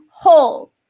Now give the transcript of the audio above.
whole